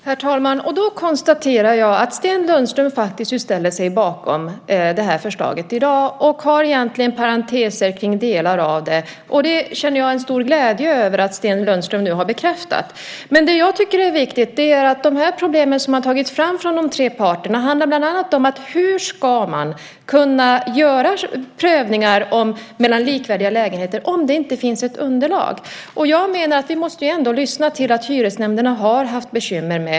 Herr talman! Då konstaterar jag att Sten Lundström faktiskt ställer sig bakom det här förslaget i dag och egentligen har parenteser kring delar av det. Det känner jag en stor glädje över att Sten Lundström nu har bekräftat. Men det jag tycker är viktigt att peka på är de problem som har tagits fram av de tre parterna. Det handlar bland annat om hur man ska kunna göra prövningar mellan likvärdiga lägenheter om det inte finns ett underlag. Jag menar att vi ändå måste lyssna till att hyresnämnderna har haft bekymmer.